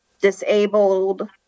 disabled